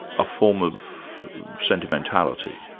a form of sentimentality?